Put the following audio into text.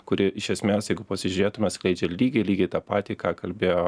kuri iš esmės jeigu pasižiūrėtume skleidžia lygiai lygiai tą patį ką kalbėjo